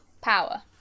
power